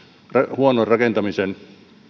huonon rakentamisen ja